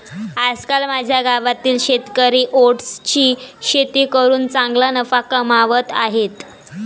आजकाल माझ्या गावातील शेतकरी ओट्सची शेती करून चांगला नफा कमावत आहेत